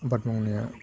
आबाद मावनाया